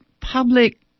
public